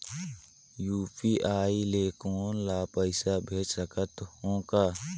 UPI ले कोनो ला पइसा भेज सकत हों का?